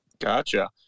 Gotcha